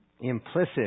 implicit